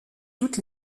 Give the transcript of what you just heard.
toutes